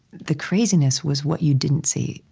the craziness was what you didn't see,